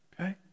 okay